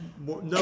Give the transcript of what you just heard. no